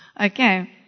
Okay